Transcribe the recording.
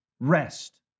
rest